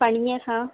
परींहं खां